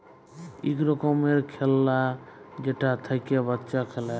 ইক রকমের খেল্লা যেটা থ্যাইকে বাচ্চা খেলে